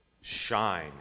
shine